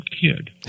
kid